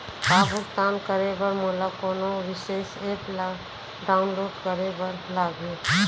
का भुगतान करे बर मोला कोनो विशेष एप ला डाऊनलोड करे बर लागही